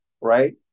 right